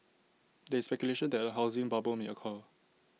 there is speculation that A housing bubble may occur